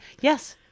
yes